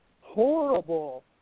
horrible